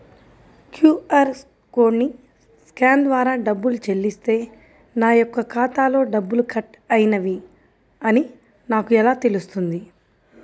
QR కోడ్ని scan ద్వారా డబ్బులు చెల్లిస్తే నా యొక్క ఖాతాలో డబ్బులు కట్ అయినవి అని నాకు ఎలా తెలుస్తుంది?